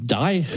die